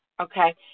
okay